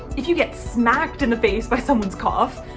if you get smacked in the face by someone's cough,